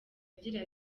agira